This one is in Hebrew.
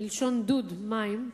מלשון דוד מים,